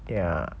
yea